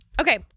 okay